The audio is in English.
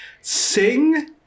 Sing